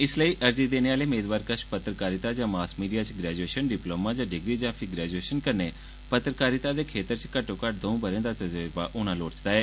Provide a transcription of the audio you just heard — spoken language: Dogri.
इस लेई अर्जी देने आले मेदवार कश पत्रकारिता जां मॉस मीडिया च ग्रैजुएशन डिपलोमा जां डिग्री जां फ्ही ग्रैजुएशन कन्नै पत्रकारिता दे क्षेत्र च घट्टो घट्ट दर्ऊ ब'रें दा तजुर्बा होना लोड़चदा ऐ